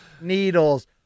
needles